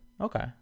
Okay